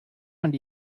schon